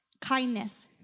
kindness